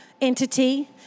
entity